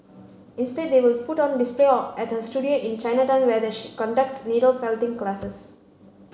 instead they will put on display or at her studio in Chinatown where the she conducts needle felting classes